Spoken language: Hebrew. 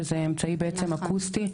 שזה אמצעי בעצם אקוסטי.